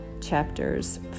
chapters